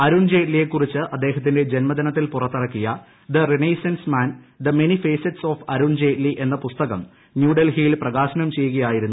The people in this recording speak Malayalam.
അരുൺജെയ്റ്റ്ലിയെക്കുറിച്ച് അദ്ദേഹത്തിന്റെ ജന്മദിനത്തിൽ പുറത്തിറക്കിയ the renaissance man the many facets of Arun Jaitley എന്ന പുസ്തകം ന്യൂഡൽഹിയിൽ പ്രകാശനം ചെയ്യുകയായിരുന്നു അദ്ദേഹം